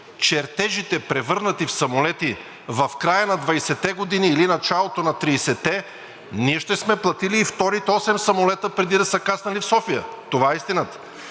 чертежите, превърнати в самолети в края на 20-те години или началото на 30-те, ние ще сме платили и вторите осем самолета, преди да са кацнали в София – това е истината.